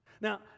Now